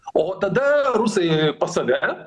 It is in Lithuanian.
o tada rusai pas save